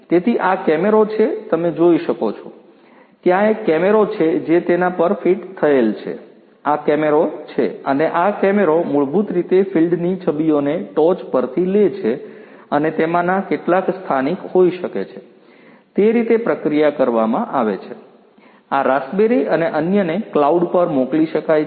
તેથી આ કેમેરો છે તમે જોઈ શકો છો ત્યાં એક કેમેરો છે જે તેના પર ફીટ થયેલ છે આ કેમેરો છે અને આ કેમેરો મૂળભૂત રીતે ફિલ્ડની છબીઓને ટોચ પરથી લે છે અને તેમાંના કેટલાક સ્થાનિક હોઈ શકે છે તે રીતે પ્રક્રિયા કરવામાં આવે છે આ રાસબેરિ અને અન્યને કલાઉડ પર મોકલી શકાય છે